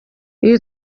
uyu